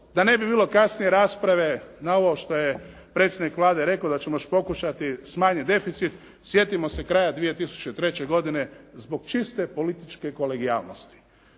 da ne bi bilo kasnije rasprave na ovo što je predsjednik Vlade rekao da ćemo pokušati smanjiti deficit, sjetimo se kraja 2003. godine zbog čiste političke kolegijalnosti.